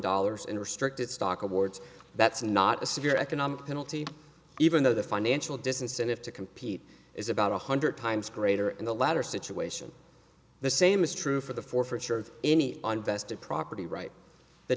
dollars in restricted stock awards that's not a severe economic penalty even though the financial disincentive to compete is about one hundred times greater in the latter situation the same is true for the forfeiture of any unvested property right the